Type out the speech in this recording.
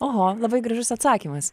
oho labai gražus atsakymas